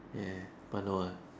ya but no ah